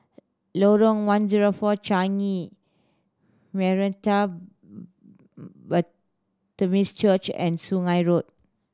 Lorong One Zero Four Changi Baptist Church and Sungei Road